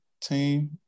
team